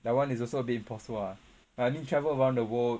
that [one] is also a bit impossible ah like I mean travel around the world